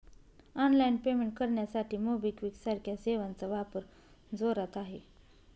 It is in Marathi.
ऑनलाइन पेमेंट करण्यासाठी मोबिक्विक सारख्या सेवांचा वापर जोरात आहे